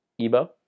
Ebo